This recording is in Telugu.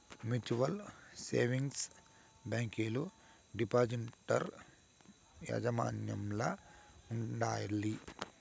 మ్యూచువల్ సేవింగ్స్ బ్యాంకీలు డిపాజిటర్ యాజమాన్యంల ఉండాయి